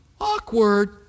awkward